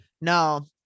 No